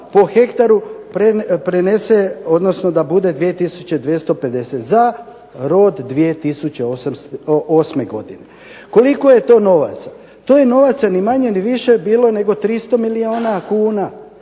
po hektaru prenese odnosno da bude 2250 za rod 2008. godine. Koliko je to novaca? To je novaca ni manje ni više bilo nego 300 milijuna kuna.